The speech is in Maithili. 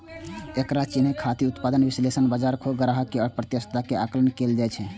एकरा चिन्है खातिर उत्पाद विश्लेषण, बाजार खोज, ग्राहक आ प्रतिस्पर्धा के आकलन कैल जाइ छै